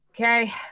Okay